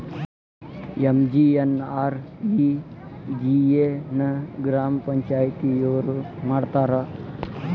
MGNREGA ನ ಗ್ರಾಮ ಪಂಚಾಯತಿಯೊರ ಮಾಡ್ತಾರಾ?